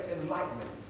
enlightenment